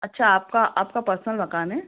अच्छा आपका आपका पर्सनल मकान है